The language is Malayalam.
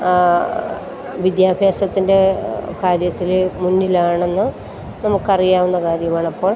വിദ്യാഭ്യാസത്തിൻ്റെ കാര്യത്തിൽ മുന്നിലാണെന്ന് നമുക്കറിയാവുന്ന കാര്യമാണ് അപ്പോൾ